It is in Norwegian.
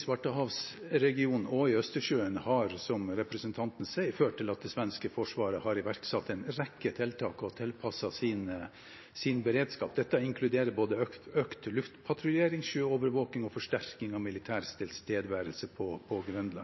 Svartehavsregionen og i Østersjøen har, som representanten sier, ført til at det svenske forsvaret har iverksatt en rekke tiltak og tilpasset sin beredskap. Dette inkluderer både økt luftpatruljering, sjøovervåking og forsterking av militær tilstedeværelse på Gotland.